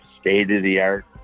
state-of-the-art